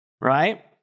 right